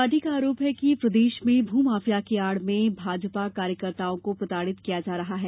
party का आरोप है कि प्रदेश में भू माफिया की आड़ में भाजपा कार्यकर्ताओं को प्रताड़ित किया जा रहा है